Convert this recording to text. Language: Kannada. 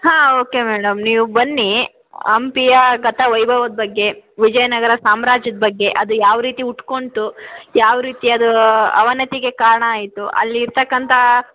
ಹಾಂ ಓಕೆ ಮೇಡಮ್ ನೀವು ಬನ್ನಿ ಹಂಪಿಯ ಗತವೈಭವದ ಬಗ್ಗೆ ವಿಜಯನಗರ ಸಾಮ್ರಾಜ್ಯದ ಬಗ್ಗೆ ಅದು ಯಾವ ರೀತಿ ಹುಟ್ಕೊಂತು ಯಾವ ರೀತಿ ಅದು ಅವನತಿಗೆ ಕಾರಣ ಆಯಿತು ಅಲ್ಲಿ ಇರ್ತಕ್ಕಂಥ